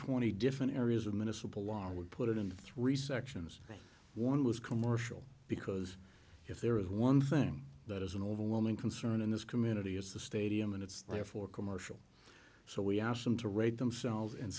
twenty different areas of minnesota law i would put it in three sections one was commercial because if there is one thing that is an overwhelming concern in this community is the stadium and it's there for commercial so we asked them to rate themselves and